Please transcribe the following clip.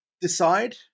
decide